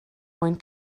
mwyn